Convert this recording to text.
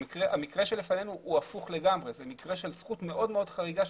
המקרה שלנו הפוך לגמרי זה מקרה של זכות מאוד-מאוד חריגה,